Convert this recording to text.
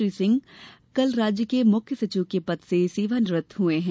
श्री सिंह कल राज्य के मुख्य सचिव के पद से सेवानिवृत्त हुए हैं